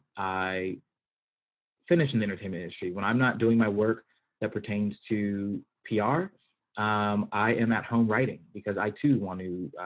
i finished in the entertainment industry when i'm not doing my work that pertains to pr um i am at home, writing because i too want to,